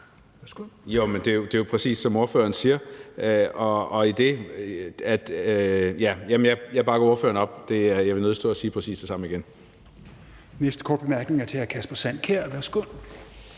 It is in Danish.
Det er jo præcis, som ordføreren siger. Jeg bakker ordføreren op. Jeg vil nødig stå og sige præcis det samme igen.